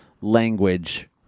language